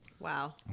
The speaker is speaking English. Wow